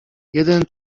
jeden